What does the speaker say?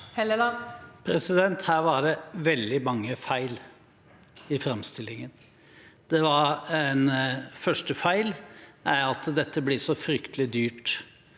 Her var det veldig mange feil i framstillingen. Den første feilen er at dette blir så fryktelig dyrt.